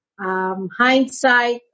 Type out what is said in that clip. Hindsight